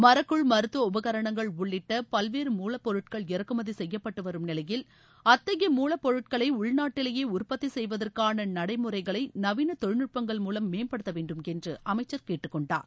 மரக்கூழ் மருத்துவ உபகரணங்கள் உள்ளிட்ட பல்வேறு மூலப்பொருட்கள் இறக்குமதி செய்யப்பட்டு வரும் நிலையில் அத்தகைய மூலப்பொருட்களை உள்நாட்டிலேயே உற்பத்தி செய்வதற்கான நடைமுறைகளை நவீன தொழில்நுட்பங்கள் மூலம் மேம்படுத்த வேண்டும் என்று அமைச்சர் கேட்டுக் கொண்டார்